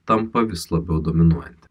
tampa vis labiau dominuojanti